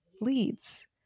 leads